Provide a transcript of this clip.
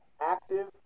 Active